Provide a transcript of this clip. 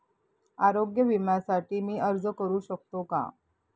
आरोग्य विम्यासाठी मी अर्ज करु शकतो का?